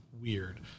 weird